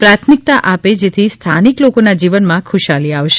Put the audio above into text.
પ્રાથમિકતા આપે જેથી સ્થાનિક લોકોના જીવનમાં ખુશાલી આવશે